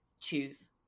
choose